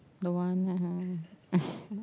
don't want lah